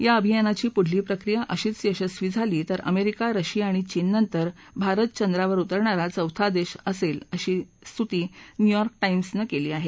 या अभियानाची पुढील प्रक्रिया अशीच यशस्वी झाली तर अमेरिका रशिया आणि नंतर भारत हा चंद्रावर उतरणारा चौथा देश असेल अशी स्तृती न्यूयॉर्क टाॅम्स ने केली आहे